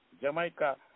Jamaica